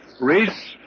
Reese